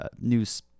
news